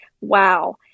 wow